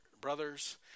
brothers